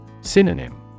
Synonym